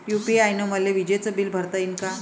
UPI न मले विजेचं बिल भरता यीन का?